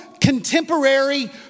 contemporary